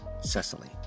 Cecily